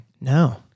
No